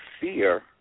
fear